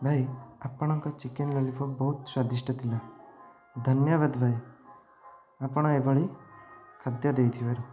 ଭାଇ ଆପଣଙ୍କ chicken lollipop ବହୁତ ସ୍ଵାଦିଷ୍ଟ ଥିଲା ଧନ୍ୟବାଦ ଭାଇ ଆପଣ ଏଭଳି ଖାଦ୍ୟ ଦେଇଥିବାରୁ